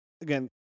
again